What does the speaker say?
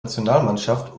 nationalmannschaft